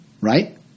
Right